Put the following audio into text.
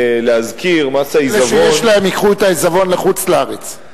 אלה שיש להם ייקחו את העיזבון לחוץ-לארץ.